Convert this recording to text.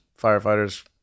firefighters